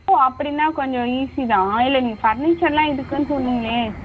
ஓ அப்படின்னா கொஞ்சம் ஈஸி தான் இல்லை நீங்கள் ஃபர்னிச்சர்யெல்லாம் இருக்குதுன்னு சொன்னீங்களே